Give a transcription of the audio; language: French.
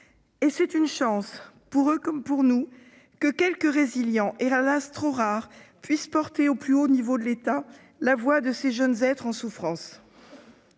C'est une chance, pour eux comme pour nous, que quelques personnes résilientes, hélas trop rares, puissent porter au plus haut niveau de l'État la voix de ces jeunes êtres en souffrance.